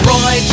Roy